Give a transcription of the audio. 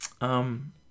Um